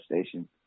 station